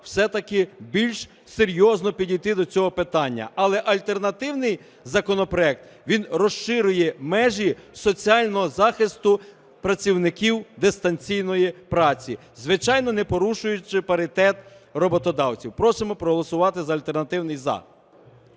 все-таки більш серйозно підійти до цього питання. Але альтернативний законопроект, він розширює межі соціального захисту працівників дистанційної праці, звичайно, не порушуючи паритет роботодавців. Просимо проголосувати за альтернативний – за.